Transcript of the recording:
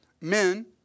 men